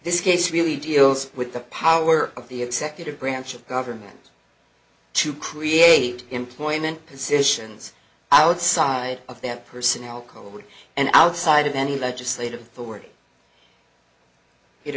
this case really deals with the power of the executive branch of government to create employment positions outside of that personnel code and outside of any legislative